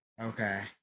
Okay